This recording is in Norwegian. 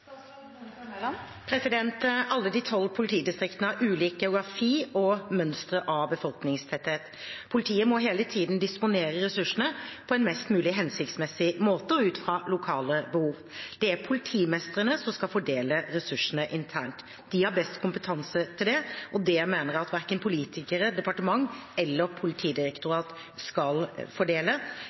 Alle de tolv politidistriktene har ulik geografi og mønstre av befolkningstetthet. Politiet må hele tiden disponere ressursene på en mest mulig hensiktsmessig måte og ut fra lokale behov. Det er politimestrene som skal fordele ressursene internt. De har best kompetanse til det, og det mener jeg at verken politikere, departement eller politidirektorat skal fordele.